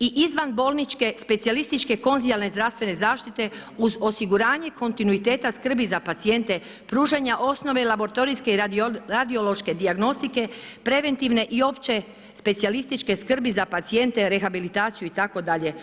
i izvanbolničke specijalističke konzilijarne zdravstvene zaštite uz osiguranje kontinuiteta skrbi za pacijente pružanja osnovne laboratorijske i radiološke dijagnostike, preventivne i opće specijalističke skrbi za pacijente, rehabilitaciju itd.